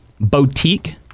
boutique